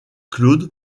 claude